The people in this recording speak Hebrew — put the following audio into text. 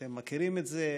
אתם מכירים את זה,